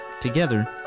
Together